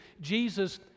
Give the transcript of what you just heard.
Jesus